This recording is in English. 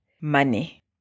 money